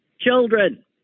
children